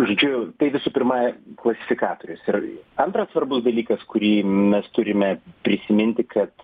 žodžiu tai visų pirma klasifikatorius ir antras svarbus dalykas kurį mes turime prisiminti kad